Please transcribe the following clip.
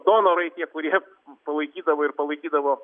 donorai tie kurie palaikydavo ir palaikydavo